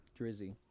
Drizzy